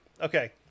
Okay